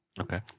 Okay